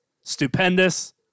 Stupendous